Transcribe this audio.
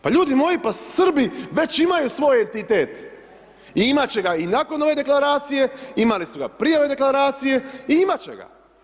Pa ljudi moji, pa Srbi već imaju svoj entitet i imati će ga i nakon ove Deklaracije, imali su ga prije ove Deklaracije i imati će ga.